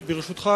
ברשותך,